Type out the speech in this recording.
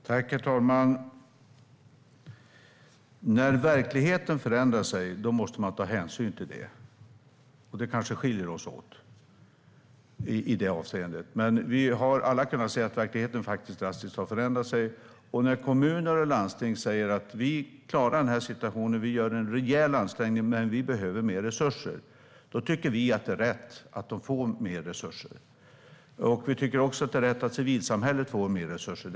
Herr talman! När verkligheten förändrar sig måste man ta hänsyn till det. Vi kanske skiljer oss åt i det avseendet. Men vi har alla kunnat se att verkligheten drastiskt har förändrat sig. Kommuner och landsting säger: Vi klarar den här situationen. Vi gör en rejäl ansträngning. Men vi behöver mer resurser. Då tycker vi att det är rätt att de får mer resurser. Vi tycker också att det är rätt att civilsamhället får mer resurser.